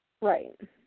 Right